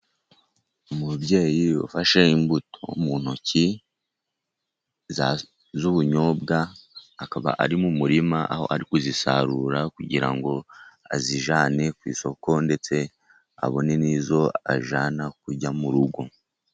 Umubyeyi ufashe imbuto mu ntoki z'ubunyobwa akaba ari mu murima aho ari kuzisarura kugira ngo azijyane ku isoko ndetse abone n'izo ajyana kurya mu rugo.